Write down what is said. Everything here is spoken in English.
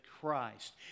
Christ